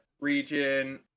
region